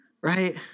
right